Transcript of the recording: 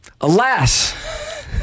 Alas